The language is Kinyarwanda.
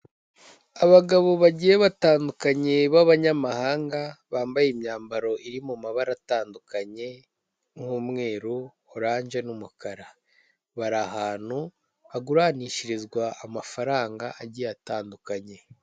Umuhanda munini hakurya y'umuhanda hari inzu nini icururizwamo ibintu bitandukanye hari icyapa cy'amata n'icyapa gicuruza farumasi n'imiti itandukanye.